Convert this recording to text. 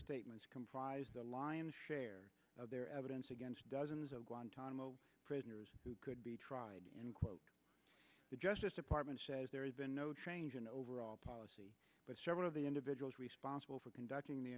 statements comprise the lion's share of their evidence against dozens of guantanamo prisoners who could be tried in court the justice department says there has been no change in overall policy but several of the individuals responsible for conducting the